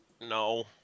No